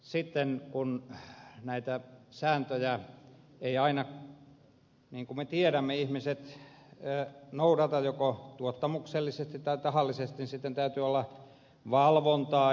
sitten kun näitä sääntöjä eivät aina niin kuin me tiedämme ihmiset noudata joko tuottamuksellisesti tai tahallisesti niin sitten täytyy olla valvontaa